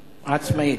עצמאית.